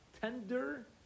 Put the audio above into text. tender